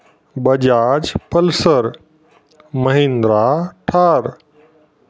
Bajaj Pulsar Mahindra Thar